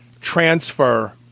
transfer